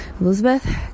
Elizabeth